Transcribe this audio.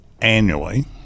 annually